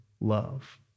love